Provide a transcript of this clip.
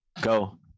go